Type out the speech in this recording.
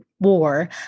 war